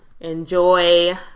enjoy